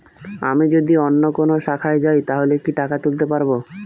আমি যদি অন্য কোনো শাখায় যাই তাহলে কি টাকা তুলতে পারব?